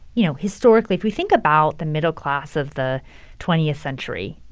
you know, historically, if we think about the middle class of the twentieth century,